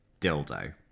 Dildo